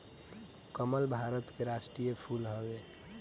कमल भारत के राष्ट्रीय फूल हवे